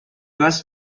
was